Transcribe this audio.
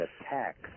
attack